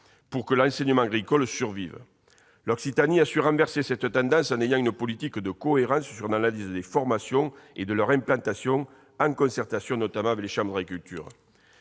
pour que l'enseignement agricole survive. L'Occitanie a su renverser cette tendance en menant une politique de cohérence sur l'analyse des formations et de leur implantation, en concertation notamment avec les chambres d'agriculture.